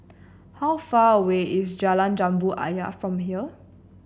how far away is Jalan Jambu Ayer from here